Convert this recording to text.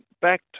back